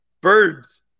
Birds